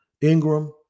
Ingram